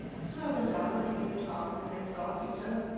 so i went down, and i gave a talk and i met saul peter,